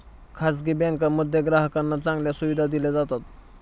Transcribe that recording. खासगी बँकांमध्ये ग्राहकांना चांगल्या सुविधा दिल्या जातात